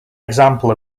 example